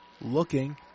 Looking